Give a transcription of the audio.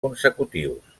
consecutius